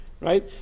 Right